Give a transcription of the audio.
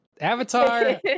avatar